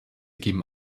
geben